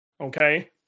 okay